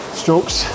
strokes